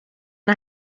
and